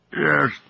Yes